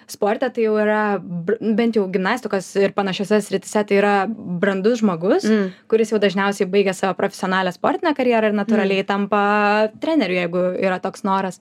sporte tai jau yra bent jau gimnastikos ir panašiose srityse tai yra brandus žmogus kuris jau dažniausiai baigia savo profesionalią sportinę karjerą ir natūraliai tampa treneriu jeigu yra toks noras